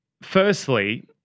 firstly